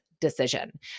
decision